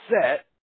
set